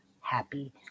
happy